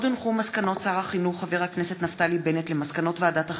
כמו כן הונחו הודעות שר החינוך על מסקנות ועדת החינוך,